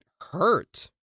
hurt